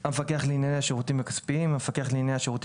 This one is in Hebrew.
"המפקח לענייני השירותים הכספיים" המפקח לענייני השירותים